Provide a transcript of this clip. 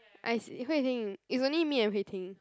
I see Hui-Ting it's only me and Hui-Ting